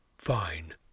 Fine